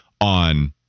on